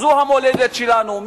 זו המולדת שלנו,